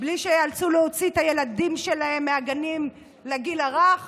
בלי שייאלצו להוציא את הילדים שלהם מהגנים לגיל הרך